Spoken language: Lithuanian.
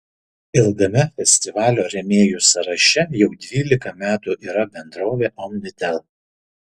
ilgame festivalio rėmėjų sąraše jau dvylika metų yra bendrovė omnitel